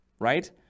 Right